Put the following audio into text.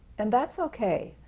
and that's okay.